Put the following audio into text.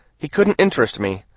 he couldn't interest me.